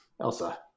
Elsa